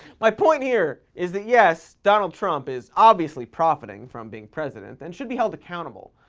my point here is that, yes, donald trump is obviously profiting from being president and should be held accountable.